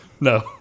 no